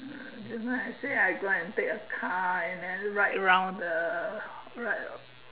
just now I say I go out and take a car and then ride round the right